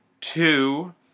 two